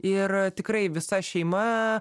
ir tikrai visa šeima